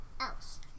else